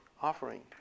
offering